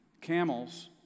camels